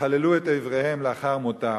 יחללו את איבריהם לאחר מותם,